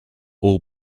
all